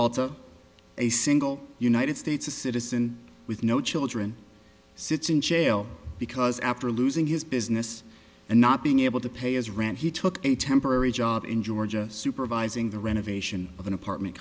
t of a single united states a citizen with no children sits in jail because after losing his business and not being able to pay his rent he took a temporary job in georgia supervising the renovation of an apartment